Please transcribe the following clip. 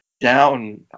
down